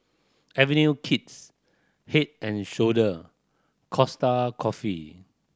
Avenue Kids Head and Shoulder Costa Coffee